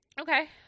Okay